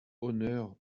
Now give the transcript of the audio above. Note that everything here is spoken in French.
honneur